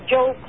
Joe